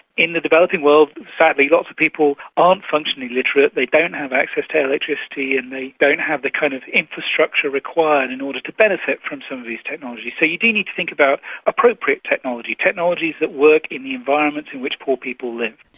in the developing world sadly lots of people aren't functionally literate, they don't have access to electricity and they don't have the kind of infrastructure required in order to benefit from some of these technologies. so you do need to think about appropriate technology, technologies that work in the environments in which poor people live.